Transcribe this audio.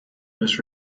was